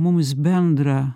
mums bendrą